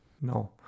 No